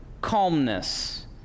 calmness